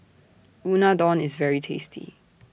Unadon IS very tasty